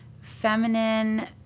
feminine